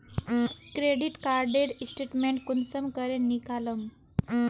Credit कार्डेर statement कुंसम करे निकलाम?